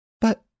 But